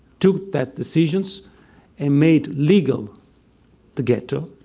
took that decisions and made legal the ghetto.